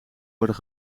worden